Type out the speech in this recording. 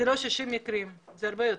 זה לא 60 מקרים, זה הרבה יותר,